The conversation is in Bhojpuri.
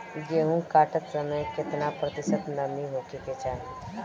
गेहूँ काटत समय केतना प्रतिशत नमी होखे के चाहीं?